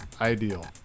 Ideal